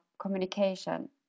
communication